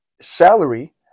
salary